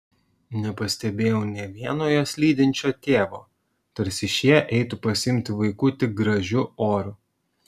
nepastebėjau nė vieno juos lydinčio tėvo tarsi šie eitų pasiimti vaikų tik gražiu oru